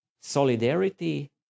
solidarity